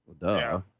Duh